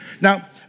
Now